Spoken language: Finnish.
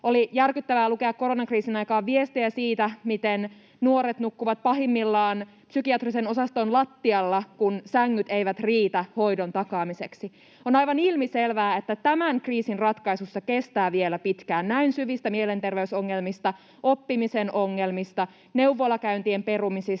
Oli järkyttävää lukea koronakriisin aikaan viestejä siitä, miten nuoret nukkuvat pahimmillaan psykiatrisen osaston lattialla, kun sängyt eivät riitä hoidon takaamiseksi. On aivan ilmiselvää, että tämän kriisin ratkaisussa kestää vielä pitkään. Näin syvistä mielenterveysongelmista, oppimisen ongelmista, neuvolakäyntien perumisista,